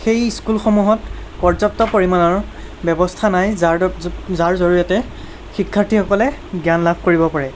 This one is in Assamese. সেই স্কুলসমূহত পৰ্যাপ্ত পৰিমাণৰ ব্যৱস্থা নাই যাৰ যাৰ জৰিয়তে শিক্ষাৰ্থীসকলে জ্ঞান লাভ কৰিব পাৰে